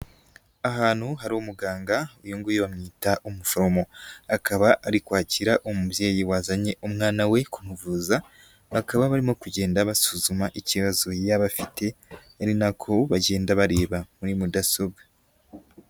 Ahantu hari umuganga uyu nguyu bamwita umuforomo akaba ari kwakira umubyeyi wazanye umwana we kumuvuza, bakaba barimo kugenda basuzuma ikibazo yaba afite, ari nako bagenda bareba muri mudasobwa.